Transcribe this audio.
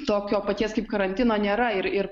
tokio paties kaip karantino nėra ir ir